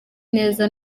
neza